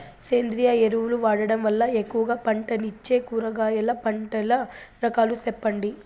సేంద్రియ ఎరువులు వాడడం వల్ల ఎక్కువగా పంటనిచ్చే కూరగాయల పంటల రకాలు సెప్పండి?